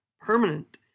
permanent